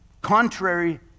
contrary